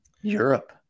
Europe